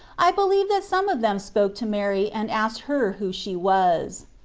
i believe that some of them spoke to mary and asked her who she was.